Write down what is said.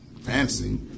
fancy